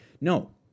No